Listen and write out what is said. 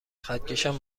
خطکشم